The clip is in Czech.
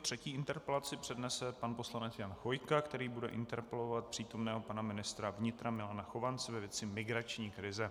Třetí interpelaci přednese pan poslanec Jan Chvojka, který bude interpelovat přítomného pana ministra vnitra Milana Chovance ve věci migrační krize.